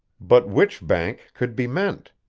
but which bank could be meant?